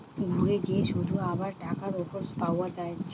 ঘুরে যে শুধ আবার টাকার উপর পাওয়া যায়টে